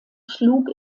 schlug